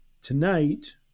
Tonight